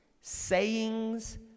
sayings